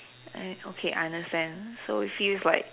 eh okay I understand so it feels like